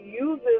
uses